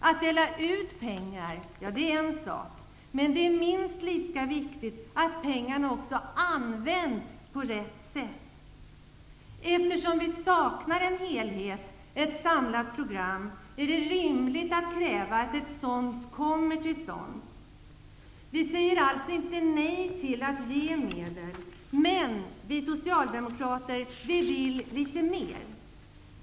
Att dela ut pengar är en sak. Men det är minst lika viktigt att pengarna används på rätt sätt. Eftersom vi saknar en helhet, ett samlat program, är det rimligt att kräva att ett sådant kommer till stånd. Vi säger alltså inte nej till att ge medel, men vi socialdemokrater vill litet mer.